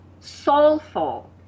soulful